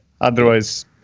Otherwise